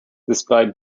despite